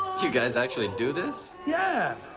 you guys actually do this? yeah.